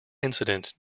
incident